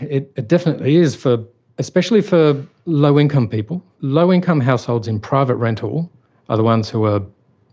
it definitely is, especially for especially for low income people. low income households in private rental are the ones who are